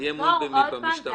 אי אמון במשטרה?